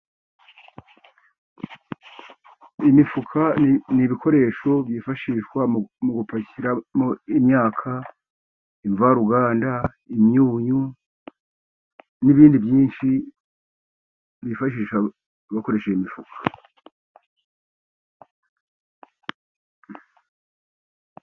Imifuka ni ibikoresho byifashishwa mu gupakiramo imyaka, imvaruganda, imyunyu n'ibindi byinshi bifashisha bakoresheje imifuka.